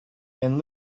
and